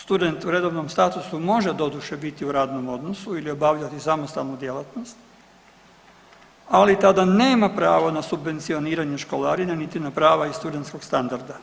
Student u redovnom statusu može doduše biti u radnom odnosu ili obavljati samostalnu djelatnost, ali tada nema pravo na subvencioniranje školarine niti prava iz studentskog standarda.